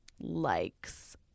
likes